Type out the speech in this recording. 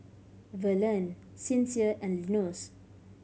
Verlene Sincere and Linus